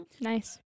Nice